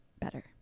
better